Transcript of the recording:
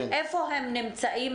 איפה הם נמצאים